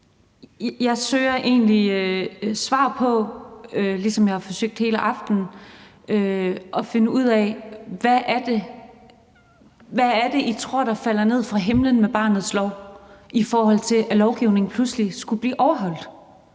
Jeg søger egentlig svar på – det har jeg forsøgt at finde ud af hele aftenen – hvad det er, I tror der falder ned fra himlen med barnets lov, i forhold til at lovgivningen pludselig skulle blive overholdt,